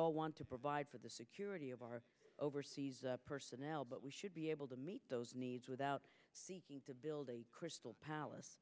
all want to provide for the security of our overseas personnel but we should be able to meet those needs without seeking to build a crystal palace